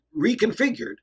reconfigured